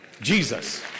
Jesus